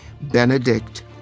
Benedict